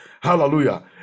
hallelujah